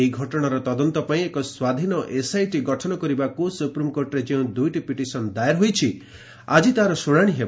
ଏହି ଘଟଣାର ତଦନ୍ତ ପାଇଁ ଏକ ସ୍ୱାଧୀନ ଏସ୍ଆଇଟି ଗଠନ କରିବାକୁ ସୁପ୍ରିମ୍କୋର୍ଟରେ ଯେଉଁ ଦୁଇଟି ପିଟିସନ୍ ଦାଏର ହୋଇଛି ଆକି ତାର ଶୁଣାଣି ହେବ